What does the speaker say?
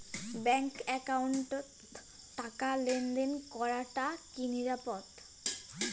Bank একাউন্টত টাকা লেনদেন করাটা কি নিরাপদ?